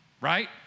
right